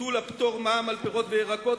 ביטול הפטור ממע"מ על פירות וירקות,